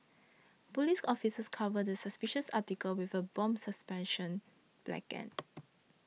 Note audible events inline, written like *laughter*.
police officers covered the suspicious article with a bomb suppression blanket *noise*